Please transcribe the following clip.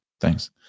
Thanks